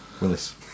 Willis